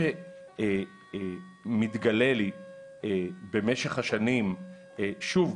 מה שמתגלה לי במשך השנים - שוב,